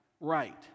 right